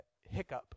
hiccup